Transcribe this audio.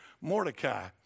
Mordecai